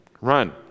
Run